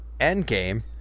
Endgame